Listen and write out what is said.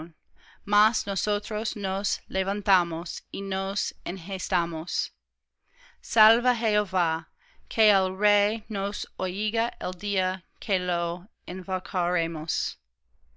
mas nosotros nos levantamos y nos enhestamos salva jehová que el